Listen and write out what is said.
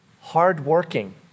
hardworking